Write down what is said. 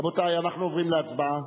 רבותי, אנחנו עוברים להצבעה,